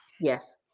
Yes